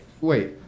wait